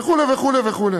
וכו' וכו' וכו'.